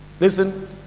Listen